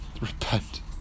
repent